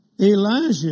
Elijah